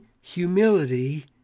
humility